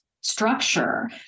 structure